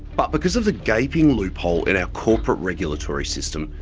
but because of the gaping loophole in our corporate regulatory system,